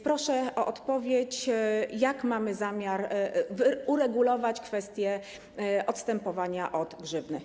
Proszę o odpowiedź, jak mamy zamiar uregulować kwestię odstępowania od grzywny.